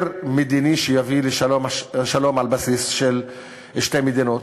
מדיני שיביא לשלום על בסיס של שתי מדינות.